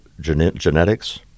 genetics